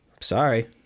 sorry